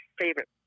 favorite